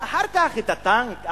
אחר כך את הטנק,